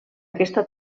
aquesta